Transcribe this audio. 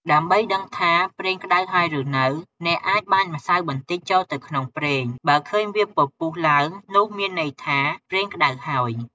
ដើម្បីដឹងថាប្រេងក្ដៅហើយឬនៅ អ្នកអាចបាចម្សៅបន្តិចចូលទៅក្នុងប្រេង បើឃើញវាពពុះឡើងនោះមានន័យថាប្រេងក្ដៅហើយ។